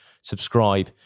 subscribe